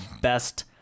best